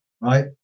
right